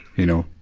you know?